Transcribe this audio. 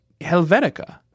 Helvetica